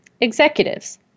Executives